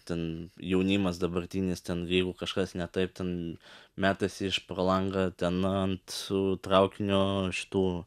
ten jaunimas dabartinis ten jeigu kažkas ne taip ten metasi iš pro langą ten ant su traukinio šitų